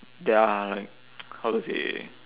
there are like how to say